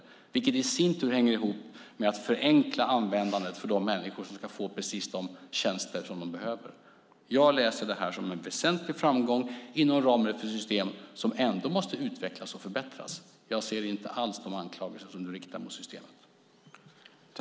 Det hänger i sin tur ihop med att förenkla användandet för de människor som ska få de tjänster de behöver. Jag läser det här som en väsentlig framgång inom ramen för ett system som ändå måste utvecklas och förbättras. Jag ser inte alls de anklagelser som du riktar mot systemet.